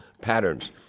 patterns